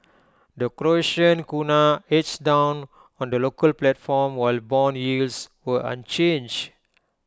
the Croatian Kuna edged down on the local platform while Bond yields were unchanged